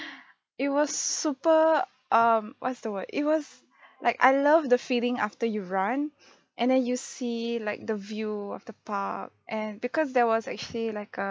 it was super um what's the word it was like I love the feeling after you run and then you see like the view of the park and because there was actually like a